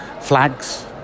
flags